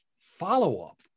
follow-up